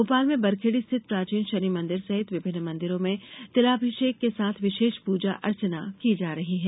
भोपाल में बरखेड़ी स्थित प्राचीन शनि मंदिर सहित विभिन्न मंदिरों में तिलाभिषेक के साथ विशेष पूजा अर्चना की जा रही है